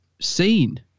seen